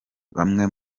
bamwe